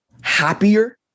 happier